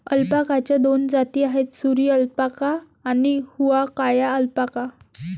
अल्पाकाच्या दोन जाती आहेत, सुरी अल्पाका आणि हुआकाया अल्पाका